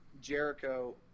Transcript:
Jericho